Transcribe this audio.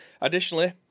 Additionally